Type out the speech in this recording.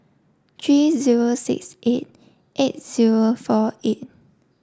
three zero six eight eight zero four eight